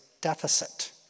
deficit